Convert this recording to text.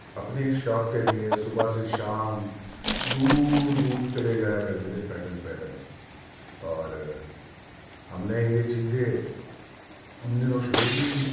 اپنے اس شوق کے لیے صبح سے شام دور دور چلے جایا کرتے تھے پیدل پیدل اور ہم نے یہ چیزیں ان دنوں شروع کی تھی